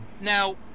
Now